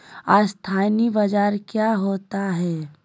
अस्थानी बाजार क्या होता है?